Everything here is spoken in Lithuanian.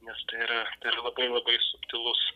nes tai yra tai yra labai labai subtilus